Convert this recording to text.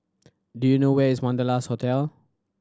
do you know where is Wanderlust Hotel